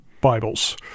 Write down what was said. Bibles